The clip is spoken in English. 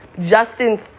Justin